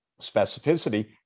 specificity